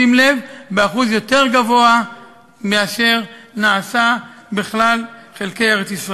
שים לב, יותר גבוה מזה שבכלל חלקי ארץ-ישראל.